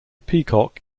peacock